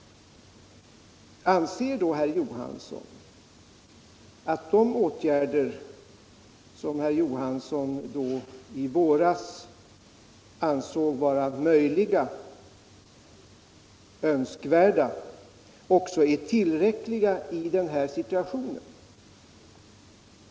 Tycker då herr Johansson att de åtgärder, som man i våras ansåg vara möjliga och önskvärda, också är tillräckliga i den här situationen?